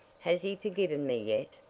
has he forgiven me yet?